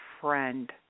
friend